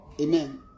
Amen